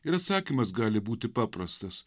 ir atsakymas gali būti paprastas